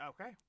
Okay